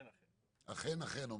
אכן, אכן.